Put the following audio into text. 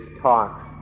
talks